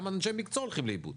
גם אנשי מקצוע הולכים לאיבוד.